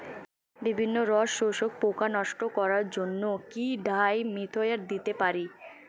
বিভিন্ন রস শোষক পোকা নষ্ট করার জন্য কি ডাইমিথোয়েট দিতে পারি?